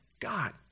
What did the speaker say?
god